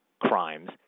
crimes